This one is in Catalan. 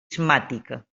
prismàtica